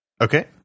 Okay